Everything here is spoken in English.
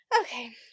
Okay